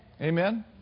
Amen